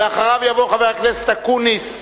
אחריו יבוא חבר הכנסת אקוניס,